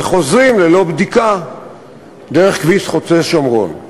וחוזרים ללא בדיקה דרך כביש חוצה-שומרון.